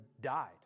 died